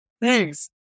Thanks